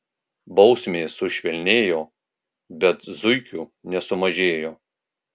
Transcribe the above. bausmės sušvelnėjo bet zuikių nesumažėjo